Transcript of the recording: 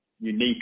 unique